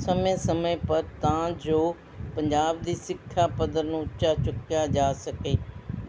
ਸਮੇਂ ਸਮੇਂ ਪਰ ਤਾਂ ਜੋ ਪੰਜਾਬ ਦੀ ਸਿੱਖਿਆ ਪੱਧਰ ਨੂੰ ਉੱਚਾ ਚੁੱਕਿਆ ਜਾ ਸਕੇ